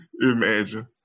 Imagine